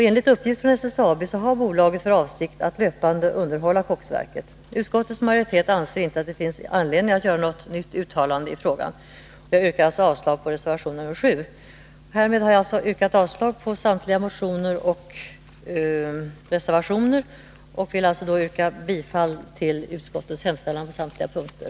Enligt uppgift från SSAB har bolaget för avsikt att löpande underhålla koksverket. Utskottets majoritet anser inte att det finns anledning att göra något nytt uttalande i frågan. Jag yrkar alltså avslag på reservation nr 7. Härmed har jag alltså yrkat avslag på samtliga motioner och reservationer och vill nu yrka bifall till utskottets hemställan på samtliga punkter.